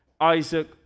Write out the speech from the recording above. Isaac